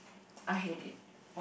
I hate it